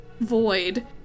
void